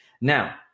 Now